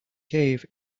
cave